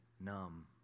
numb